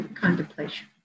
contemplation